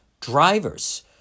drivers